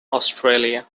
australia